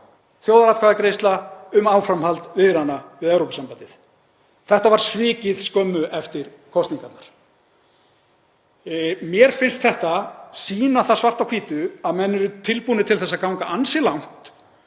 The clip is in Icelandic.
þjóðaratkvæðagreiðsla um áframhald viðræðna við Evrópusambandið. Þetta var svikið skömmu eftir kosningarnar. Mér finnst þetta sýna það svart á hvítu að menn eru tilbúnir til að ganga ansi langt